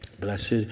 Blessed